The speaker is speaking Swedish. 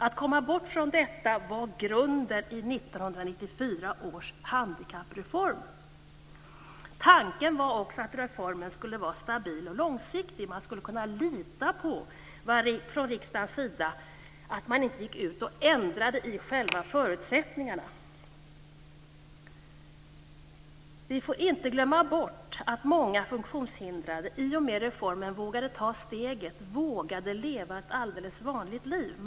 Att komma bort från detta var grunden i 1994 års handikappreform. Tanken var också att reformen skulle vara stabil och långsiktig. Man skulle kunna lita på att man från riksdagens sida inte gick in och ändrade i själva förutsättningarna. Vi får inte glömma bort att många funktionshindrade i och med reformen vågade ta steget, vågade leva ett alldeles vanligt liv.